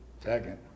Second